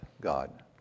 God